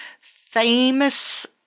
famous